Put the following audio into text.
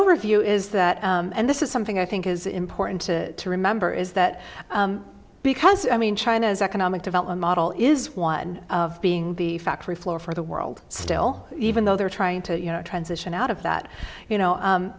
overview is that and this is something i think is important to remember is that because i mean china's economic development model is one of being the factory floor for the world still even though they're trying to you know transition out of that you know